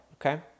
okay